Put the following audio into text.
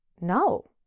No